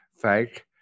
fake